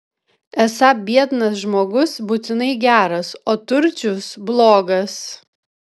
esą biednas žmogus būtinai geras o turčius blogas